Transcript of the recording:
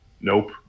Nope